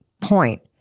point